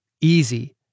easy